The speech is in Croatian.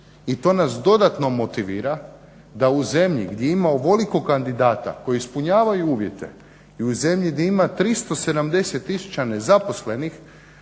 I to nas dodatno motivira da u zemlji da ima ovoliko kandidata koji ispunjavaju uvjete i u zemlji gdje ima 370 tisuća nezaposlenih